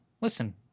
Listen